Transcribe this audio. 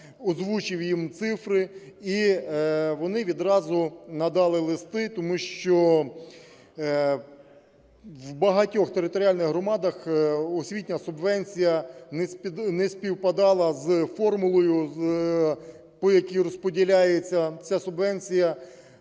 озвучив їм цифри, і вони відразу надали листи, тому що в багатьох територіальних громадах освітня субвенція не співпадала з формулою, по якій розподіляється ця субвенція,